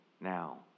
now